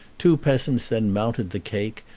two peasants then mounted the cake,